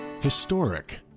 Historic